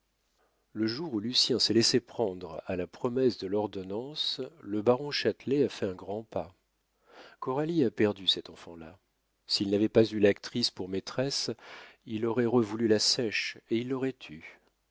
le jour où lucien s'est laissé prendre à la promesse de l'ordonnance le baron châtelet a fait un grand pas coralie a perdu cet enfant-là s'il n'avait pas eu l'actrice pour maîtresse il aurait revoulu la seiche et il l'aurait eue